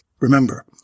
Remember